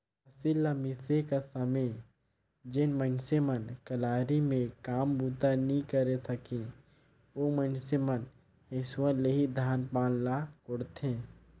फसिल ल मिसे कर समे जेन मइनसे मन कलारी मे काम बूता नी करे सके, ओ मइनसे मन हेसुवा ले ही धान पान ल कोड़थे